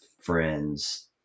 friends